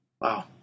Wow